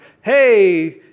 Hey